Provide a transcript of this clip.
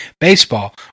baseball